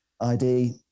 ID